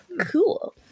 Cool